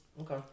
okay